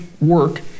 work